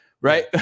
right